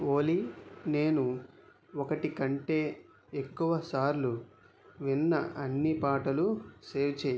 ఓలీ నేను ఒకటి కంటే ఎక్కువ సార్లు విన్న అన్ని పాటలు సేవ్ చేయి